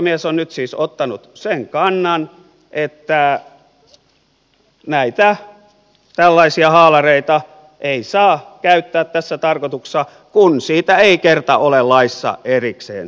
oikeusasiamies on nyt siis ottanut sen kannan että näitä tällaisia haalareita ei saa käyttää tässä tarkoituksessa kun siitä ei kerta ole laissa erikseen säädetty